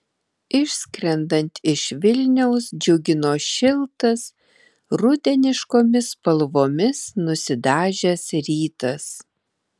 išskrendant iš vilniaus džiugino šiltas rudeniškomis spalvomis nusidažęs rytas